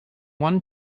one